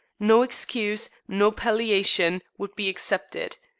no excuse, no palliation, would be accepted.